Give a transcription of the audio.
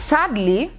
Sadly